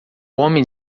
homem